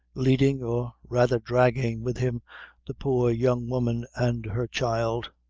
leading or rather dragging with him the poor young-woman and her child,